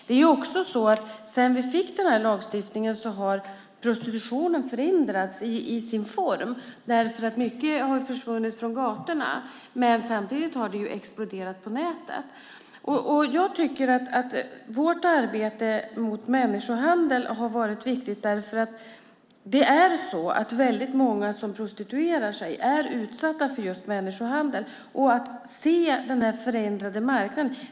Det är också så att sedan vi fick den här lagstiftningen har prostitutionen förändrats i sin form. Mycket har försvunnit från gatorna, men samtidigt har det exploderat på nätet. Jag tycker att vårt arbete mot människohandel har varit viktigt därför att väldigt många som prostituerar sig är utsatta för just människohandel. Vi måste se den här förändrade marknaden.